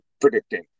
predicting